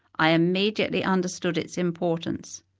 i immediately understood its importance.